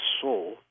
soul